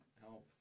help